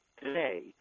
today